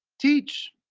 teach,